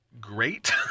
Great